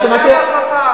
לא שמעתי.